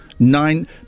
Nine